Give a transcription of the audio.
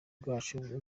bwacu